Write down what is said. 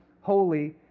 holy